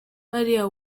bariya